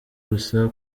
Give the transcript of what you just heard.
gusa